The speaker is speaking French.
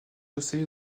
chaussée